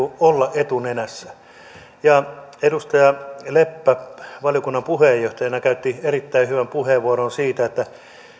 olla etunenässä edustaja leppä valiokunnan puheenjohtajana käytti erittäin hyvän puheenvuoron siitä että